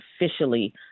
officially